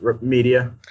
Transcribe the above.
media